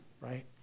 right